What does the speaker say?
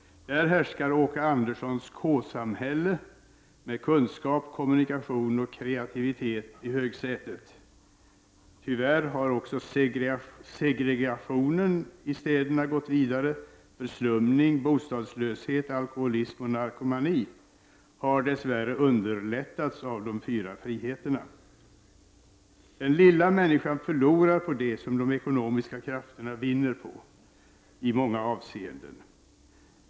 Där härskar Åke Anderssons K-samhälle med kunskap, kommunikation och kreativitet i högsätet. Tyvärr har också segregationen i storstäderna gått vidare. Förslumning, bostadslöshet, alkoholism och narkomani har dess värre underlättats av de fyra friheterna. Den lilla människan förlorar på det som de ekonomiska krafterna vinner på i många avseenden.